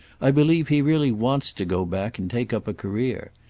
i believe he really wants to go back and take up a career.